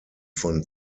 von